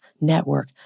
network